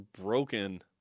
broken